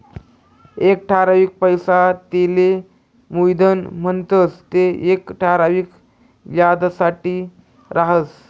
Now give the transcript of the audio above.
एक ठरावीक पैसा तेले मुयधन म्हणतंस ते येक ठराविक याजसाठे राहस